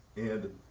and